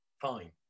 fine